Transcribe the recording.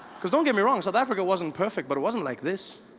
because don't get me wrong south africa wasn't perfect, but it wasn't like this.